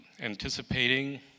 anticipating